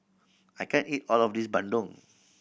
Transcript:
I can't eat all of this bandung